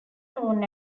known